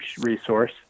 resource